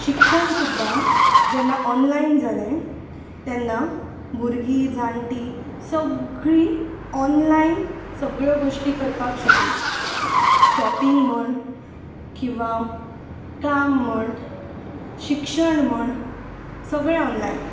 शिक्षण सुद्दां जेन्ना ऑनलायन जालें तेन्ना भुरगीं जाण्टीं सगळीं ऑनलायन सगळ्यो गोश्टी करपाक शिकलीं शॉपींग म्हण किंवा काम म्हण शिक्षण म्हण सगळें ऑनलायन